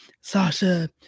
Sasha